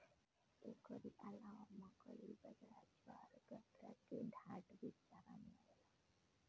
एकरी अलावा मकई, बजरा, ज्वार, गन्ना के डाठ भी चारा में आवेला